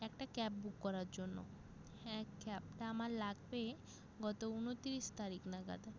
একটা cab book করার জন্য হ্যাঁ খ্যাবটা আমার লাগবে গত উনতিরিশ তারিখ নাগাদ